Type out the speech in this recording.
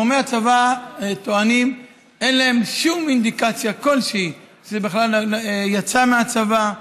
גורמי הצבא טוענים: אין להם שום אינדיקציה שהיא שזה בכלל יצא מהצבא.